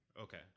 Okay